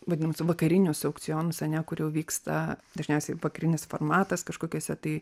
vadinamus vakarinius aukcionus ane kur jau vyksta dažniausiai vakarinis formatas kažkokiuose tai